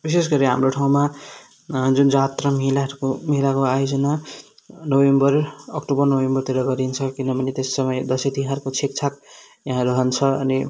विशेष गरी हाम्रो ठाउँमा जुन जात र मेलाहरूको मेलाको आयोजना नोभेम्बर अक्टोबर नोभेम्बरतिर गरिन्छ किनभने त्यस समय दसैँतिहारको छेकछाक यहाँ रहन्छ अनि